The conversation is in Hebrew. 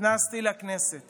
נכנסתי לכנסת